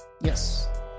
Yes